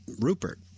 Rupert